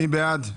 מי בעד?